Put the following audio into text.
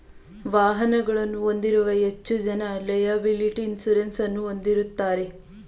ವಾಹನಗಳನ್ನು ಹೊಂದಿರುವ ಹೆಚ್ಚು ಜನ ಲೆಯಬಲಿಟಿ ಇನ್ಸೂರೆನ್ಸ್ ಅನ್ನು ಹೊಂದಿರುತ್ತಾರೆ